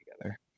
together